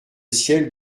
ciel